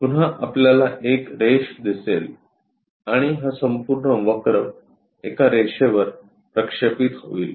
पुन्हा आपल्याला एक रेष दिसेल आणि हा संपूर्ण वक्र एका रेषेवर प्रक्षेपित होईल